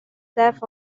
staff